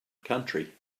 country